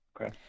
Okay